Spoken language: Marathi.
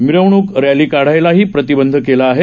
मिरवणुक रॅली काढायलाही प्रतिबंध केला आहे